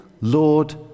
Lord